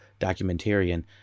documentarian